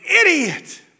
idiot